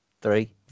Three